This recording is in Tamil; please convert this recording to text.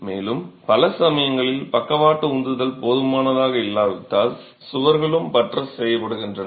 மேலும் பல சமயங்களில் பக்கவாட்டு உந்துதல் போதுமானதாக இல்லாவிட்டால் சுவர்களும் பட்ரஸ் செய்யப்பட்டன